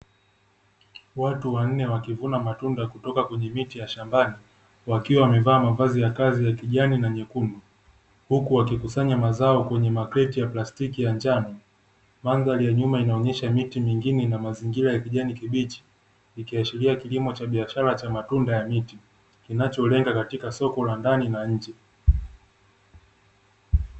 Watu wanne wakivuna matunda kutoka kwenye miti ya shambani, wakiwa wamevaa mavazi ya kazi ya kijani na nyekundu, huku wakikusanya mazao kwenye makreti ya plastiki ya njano. Mandhari ya nyuma inaonyesha miti mingine na mazingira ya kijani kibichi, ikiashiria kilimo cha biashara cha matunda ya miti; kinacholenga katika soko la ndani na nje.